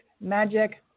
magic